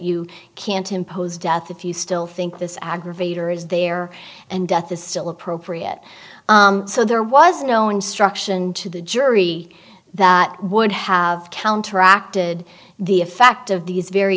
you can't impose death if you still think this aggravator is there and death is still appropriate so there was no instruction to the jury that would have counteracted the effect of these very